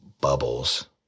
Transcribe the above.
bubbles